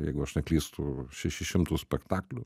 jeigu aš neklystu šešis šimtus spektaklių